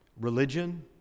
religion